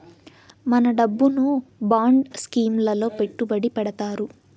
మన డబ్బును bond scheme లలో పెట్టుబడి పెడతారు